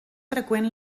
freqüent